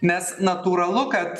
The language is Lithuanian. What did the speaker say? nes natūralu kad